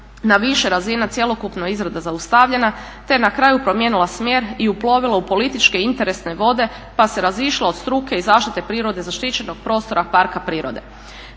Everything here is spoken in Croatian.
na više razina cjelokupna izrada zaustavljena, te je na kraju promijenila smjer i uplovila u političke interesne vode, pa se razišla od struke i zaštite prirode zaštićenog prostora parka prirode.